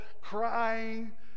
crying